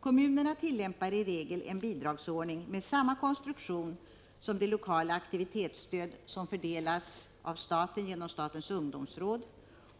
Kommunerna tillämpar i regel en bidragsordning med samma konstruktion som det lokala aktivitetsstöd som fördelas av staten genom statens ungdomsråd.